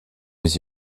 mais